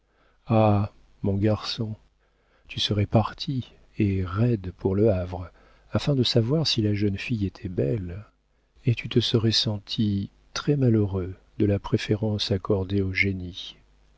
ah mon garçon tu serais parti et roide pour le havre afin de savoir si la jeune fille était belle et tu te serais senti très malheureux de la préférence accordée au génie